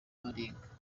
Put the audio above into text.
baringa